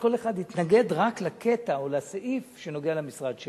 אבל כל אחד התנגד רק לקטע או לסעיף שנוגע למשרד שלו.